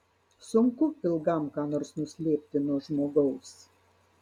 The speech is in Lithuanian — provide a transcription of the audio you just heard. sunku ilgam ką nors nuslėpti nuo žmogaus